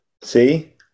See